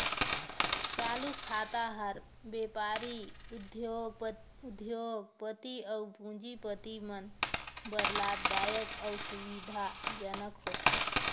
चालू खाता हर बेपारी, उद्योग, पति अउ पूंजीपति मन बर लाभदायक अउ सुबिधा जनक होथे